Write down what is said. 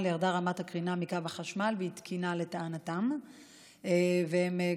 ירדה רמת הקרינה מקו החשמל והיא תקינה,